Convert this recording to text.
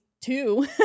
two